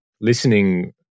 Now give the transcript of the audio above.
listening